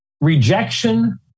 Rejection